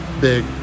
big